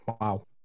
Wow